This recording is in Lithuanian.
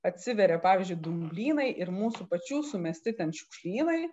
atsiveria pavyzdžiui dumblynai ir mūsų pačių sumesti ten šiukšlynai